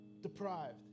deprived